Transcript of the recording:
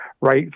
right